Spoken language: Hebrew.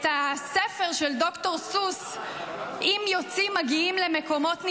את הספר של ד"ר סוס "אם יוצאים מגיעים למקומות נפלאים"